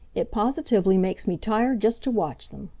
it positively makes me tired just to watch them.